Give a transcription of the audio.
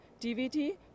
DVD